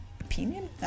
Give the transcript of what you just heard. opinion